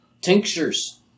tinctures